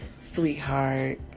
sweetheart